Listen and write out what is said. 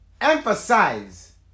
emphasize